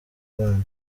imana